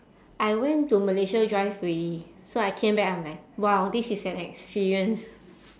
I went to malaysia drive already so I came back I'm like !wow! this is an experience